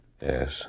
Yes